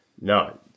no